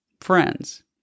friends